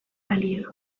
balio